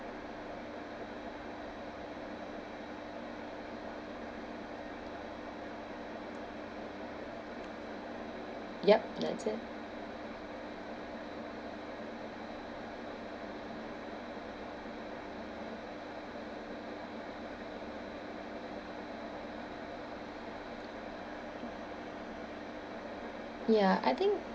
yup that's it ya I think